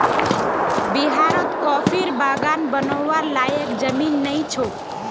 बिहारत कॉफीर बागान बनव्वार लयैक जमीन नइ छोक